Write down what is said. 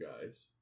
guys